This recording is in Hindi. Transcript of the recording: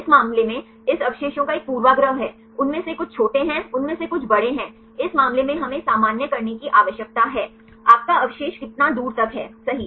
इस मामले में इस अवशेषों का एक पूर्वाग्रह है उनमें से कुछ छोटे हैं उनमें से कुछ बड़े हैं इस मामले में हमें सामान्य करने की आवश्यकता है आपका अवशेष कितना दूर तक है सही